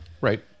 right